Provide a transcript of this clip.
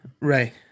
Right